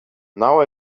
now